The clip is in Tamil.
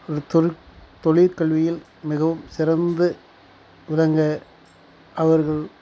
தொழிற் தொழிற்கல்வியில் மிகவும் சிறந்து விளங்க அவர்கள்